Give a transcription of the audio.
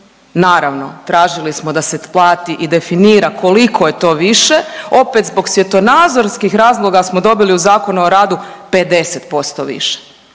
Naravno tražili smo da se plati i definira koliko je to više opet zbog svjetonazorskih razloga smo dobili u Zakonu o radu 50% više